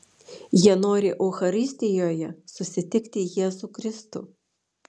jie nori eucharistijoje susitikti jėzų kristų